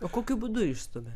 o kokiu būdu išstumia